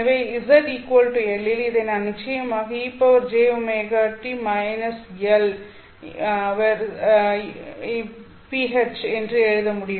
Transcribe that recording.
எனவே zL இல் இதை நான் நிச்சயமாக e jωt−L v ph என்று எழுத வேண்டும்